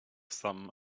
some